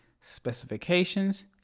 specifications